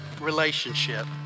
relationship